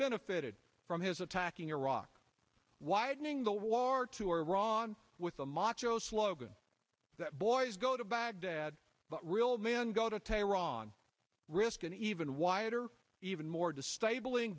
benefited from his attacking iraq widening the war to are wrong with the macho slogan that boys go to baghdad but real man go to tehran risk an even wider even more destabili